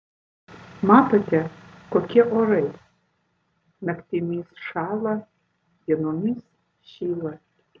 matote kokie orai naktimis šąla dienomis šyla